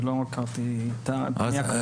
אני לא הכרתי את הפנייה.